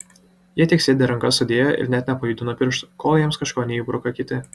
jie tik sėdi rankas sudėję ir net nepajudina piršto kol jiems kažko neįbruka kiti